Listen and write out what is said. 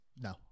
No